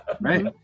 right